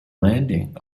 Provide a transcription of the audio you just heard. landing